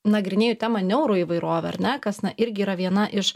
nagrinėju temą neuroįvairovę ar ne kas na irgi yra viena iš